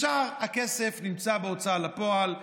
ישר הכסף נמצא בהוצאה לפועל,